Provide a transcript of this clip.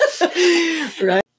Right